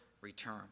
return